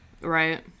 Right